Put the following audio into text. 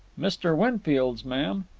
mr. winfield's, ma'am.